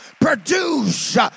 produce